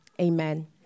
amen